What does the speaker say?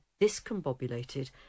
discombobulated